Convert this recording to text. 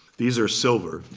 these are silver,